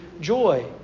joy